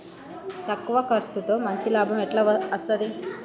తక్కువ కర్సుతో మంచి లాభం ఎట్ల అస్తది?